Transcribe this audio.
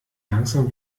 langsam